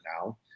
now